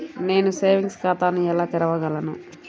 నేను సేవింగ్స్ ఖాతాను ఎలా తెరవగలను?